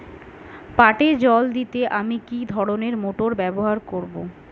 পাটে জল দিতে আমি কি ধরনের মোটর ব্যবহার করব?